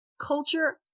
culture